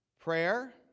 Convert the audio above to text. prayer